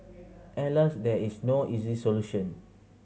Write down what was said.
Alas there is no easy solution